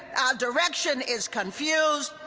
our direction is confused.